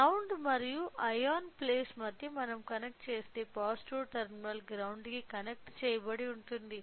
ground మరియు ion place మధ్య మనం కనెక్ట్ చేస్తే పాజిటివ్ టెర్మినల్ గ్రౌండ్ కి కనెక్ట్ చెయ్యబడింది